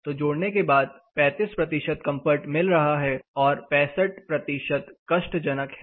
तो जोड़ने के बाद 35 कंफर्ट मिल रहा है और 65 कष्ट जनक है